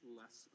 less